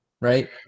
right